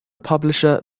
publisher